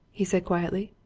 he said quietly.